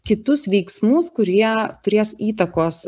kitus veiksmus kurie turės įtakos